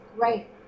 Right